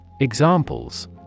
Examples